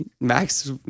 Max